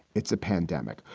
it's a pandemic,